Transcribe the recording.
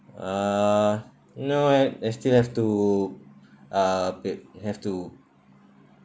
uh no I still have to uh pay have to